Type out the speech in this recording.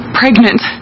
pregnant